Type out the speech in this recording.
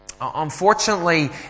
Unfortunately